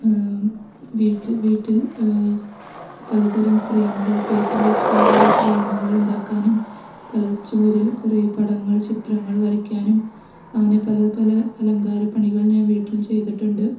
വീട്ടിൽ വീട്ടിൽ പലതരം ഫ്രെയ്മുകൾ പേപ്പറ് വച്ച് പലതരം ഫ്രെയ്മുകൾ ഉണ്ടാക്കാനും പല ചുവരിൽ കുറേ പടങ്ങൾ ചിത്രങ്ങൾ വരയ്ക്കാനും അങ്ങനെ പല പല അലങ്കാരപ്പണികൾ ഞാൻ വീട്ടിൽ ചെയ്തിട്ടുണ്ട്